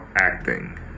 acting